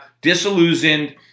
disillusioned